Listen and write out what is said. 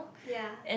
ya